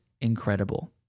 incredible